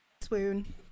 swoon